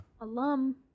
Alum